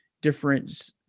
different